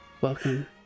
Welcome